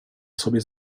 sobie